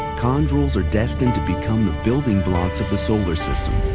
chondrules are destined to become the building blocks of the solar system.